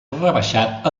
rebaixat